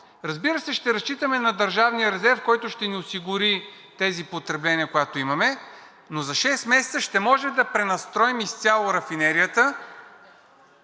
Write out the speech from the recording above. Разбира се, ще разчитаме на държавния резерв, който ще ни осигури тези потребления, които имаме, но за шест месеца ще можем да пренастроим изцяло рафинерията,